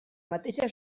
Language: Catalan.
mateixa